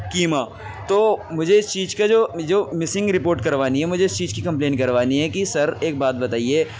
قیمہ تو مجھے اس چیز کا جو جو مسنگ رپورٹ کروانی ہے مجھے اس چیز کی کمپلین کروانی ہے کہ سر ایک بات بتائیے